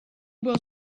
was